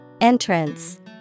Entrance